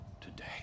today